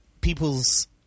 people's